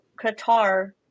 Qatar